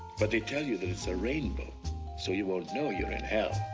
but they tell you that it's a rainbow so you won't know you're in hell.